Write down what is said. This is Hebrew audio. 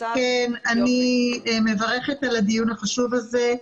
אני מברכת על הדיון החשוב הזה.